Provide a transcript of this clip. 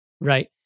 Right